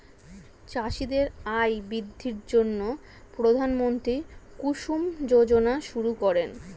চাষীদের আয় বৃদ্ধির জন্য প্রধানমন্ত্রী কুসুম যোজনা শুরু করেন